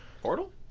Portal